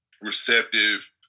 receptive